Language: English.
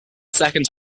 second